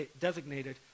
Designated